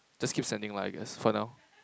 just keep sending lah I guess for now